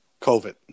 COVID